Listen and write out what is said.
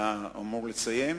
אתה אמור לסיים?